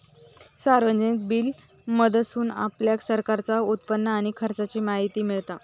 सार्वजनिक वित्त मधसून आपल्याक सरकारचा उत्पन्न आणि खर्चाची माहिती मिळता